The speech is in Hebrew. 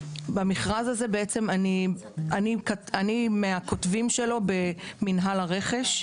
אני מהכותבים של המכרז הזה במנהל הרכש.